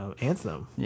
Anthem